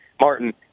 Martin